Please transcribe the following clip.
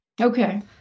Okay